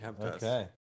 Okay